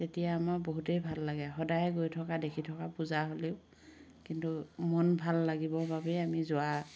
তেতিয়া আমাৰ বহুতেই ভাল লাগে সদায় গৈ থকা দেখি থকা পূজা হ'লেও কিন্তু মন ভাল লাগিবৰ বাবেই আমি যোৱা